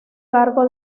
cargo